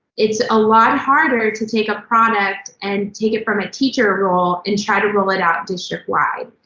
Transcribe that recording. it's a lot harder to take a product, and take it from a teacher role, and try to roll it out district-wide.